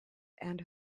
and